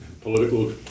political